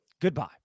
Goodbye